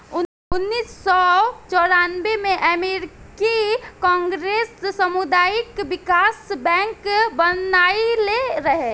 उनऽइस सौ चौरानबे में अमेरिकी कांग्रेस सामुदायिक बिकास बैंक बनइले रहे